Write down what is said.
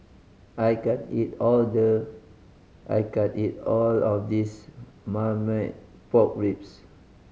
I can't eat all the I can't eat all of this Marmite Pork Ribs